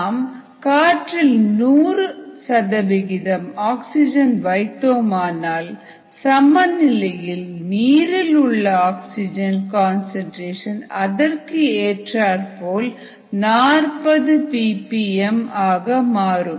நாம் காற்றில் 100 ஆக்சிஜன் வைத்தோமானால் சமநிலையில் நீரிலுள்ள ஆக்சிஜன் கன்சன்ட்ரேஷன் அதற்கு ஏற்றார்போல் 40 பி பி எம் ஆக மாறும்